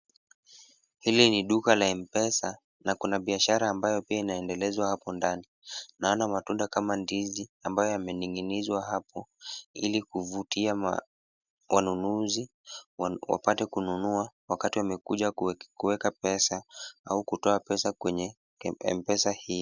Hili ni duka la Mpesa na kuna biashara ambayo pia inaendelezwa hapo ndani. Naona matunda kama ndizi ambayo yameninginizwa hapo, ili kuvutia wanunuzi wapate kununua wakati wamekuja kueka pesa au kutoa pesa kwenye Mpesa hii.